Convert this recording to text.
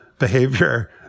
behavior